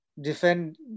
defend